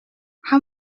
how